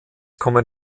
kommen